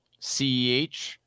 Ceh